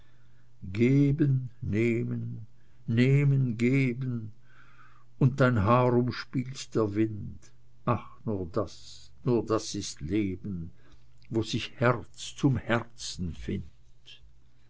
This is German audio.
geben nehmen nehmen geben und dein haar umspielt der wind ach nur das nur das ist leben wo sich herz zum herzen findt